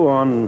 on